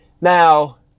Now